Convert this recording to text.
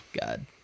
god